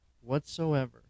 whatsoever